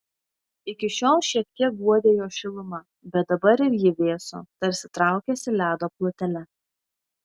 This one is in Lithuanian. iki šiol šiek tiek guodė jo šiluma bet dabar ir ji vėso tarsi traukėsi ledo plutele